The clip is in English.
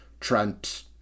Trent